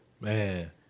man